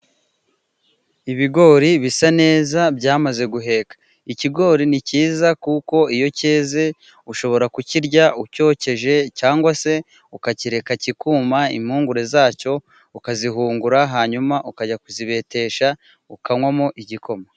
Ibigori bisa neza byamaze guheka. Ikigori ni cyiza kuko iyo cyeze ushobora kukirya ucyokeje cyangwa se ukakirereka kikuma ,impngurue zacyo ukazihungura hanyuma ukajya kuzibetesha ukanywamo igikoma.